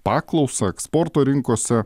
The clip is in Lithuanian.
paklausą eksporto rinkose